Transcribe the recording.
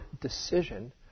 decision